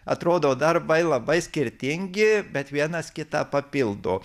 atrodo darbai labai skirtingi bet vienas kitą papildo